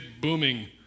booming